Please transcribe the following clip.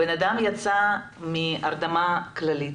הבנאדם יצא מהרדמה כללית,